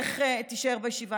לך תישאר בישיבה.